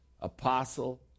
apostle